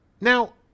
Now